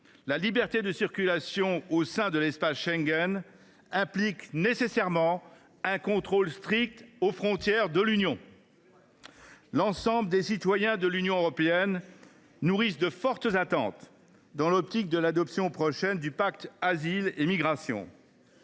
La liberté de circulation au sein de l’espace Schengen implique nécessairement un contrôle strict aux frontières de l’Union. C’est vrai ! L’ensemble des citoyens de l’Union européenne nourrissent de fortes attentes dans la perspective de l’adoption prochaine du pacte sur la migration